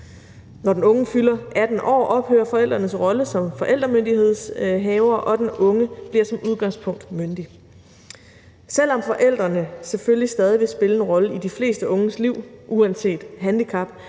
Når den unge fylder 18 år, ophører forældrenes rolle som forældremyndighedsindehavere, og den unge bliver som udgangspunkt myndig. Selv om forældrene selvfølgelig stadig vil spille en rolle i de flestes unges liv uanset handicap,